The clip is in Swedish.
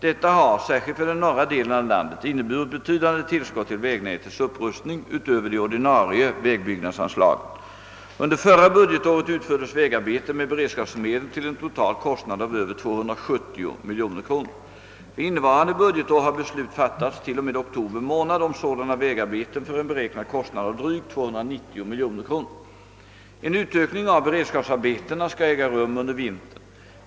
Detta har, särskilt för den norra delen av landet, inneburit betydande tillskott till vägnätets upprustning utöver de ordinarie vägbyggnadsanslagen: Under förra budgetåret utfördes vägarbeten med beredskapsmedel till-en total kostnad av över 270 miljoner kronor. För innevarande budgetår har beslut fattats t.o.m. oktober månad om sådana vägarbeten för en beräknad kostnad av drygt 290 miljoner kronor: En utökning av beredskapsarbetena skall äga rum under vintern.